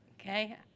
Okay